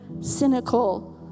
cynical